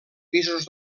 pisos